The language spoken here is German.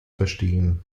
verstehen